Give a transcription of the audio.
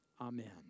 Amen